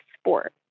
sport